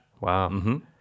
Wow